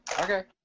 Okay